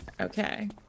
okay